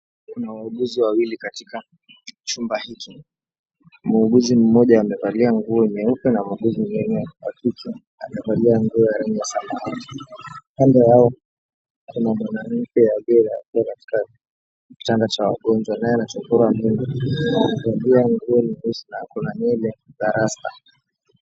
Kuna wauguzi wawili katika chumba hiki muuguzi mmoja amevalia nguo nyeupe na muuguzi mwengine wa kike amevalia nguo ya samawati kando yao kuna mwanamke aliyelazwa katika kitanda cha wagonjwa nae anachokorwa mwili amevalia nguo nyeusi na ako na nywele za rasta.